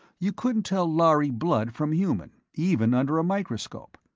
you couldn't tell lhari blood from human, even under a microscope.